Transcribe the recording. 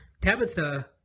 Tabitha